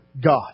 God